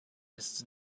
mrs